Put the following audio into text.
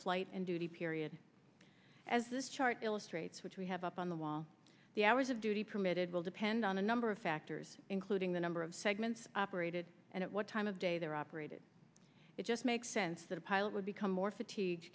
flight and duty period as this chart illustrates which we have up on the wall the hours of duty permitted will depend on a number of factors including the number of segments operated and at what time of day they're operated it just makes sense that a pilot would become more fatigue